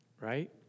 right